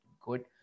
good